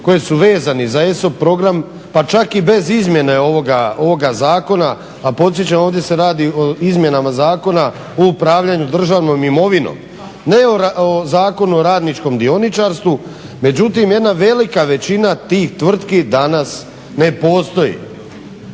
koji su vezani za ESOP program pa čak i bez izmjene ovoga zakona, a podsjećam ovdje se radi o izmjenama Zakona o upravljanju državnom imovinom, ne o zakonu o radničkom dioničarstvu. Međutim, jedna velika većina tih tvrtki danas ne postoji,